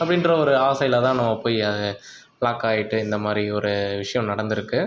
அப்படின்ற ஒரு ஆசையில் தான் நம்ம போயி லாக் ஆகிட்டு இந்த மாதிரி ஒரு விஷயம் நடந்திருக்கு